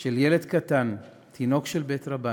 של ילד קטן, תינוק של בית רבן,